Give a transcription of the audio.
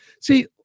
See